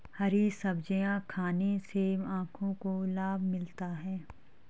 हरी सब्जियाँ खाने से आँखों को लाभ मिलता है